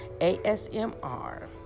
asmr